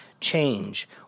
change